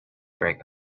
break